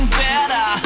better